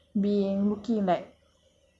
like being fashion